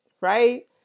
right